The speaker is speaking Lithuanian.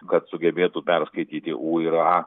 kad sugebėtų perskaityti u ir a